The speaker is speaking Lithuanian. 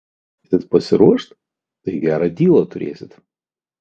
jei kas spėsit pasiruošt tai gerą dylą turėsit